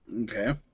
Okay